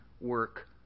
work